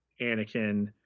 Anakin